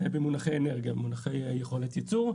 במונחי אנרגיה, במונחי יכולת ייצור.